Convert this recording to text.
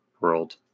world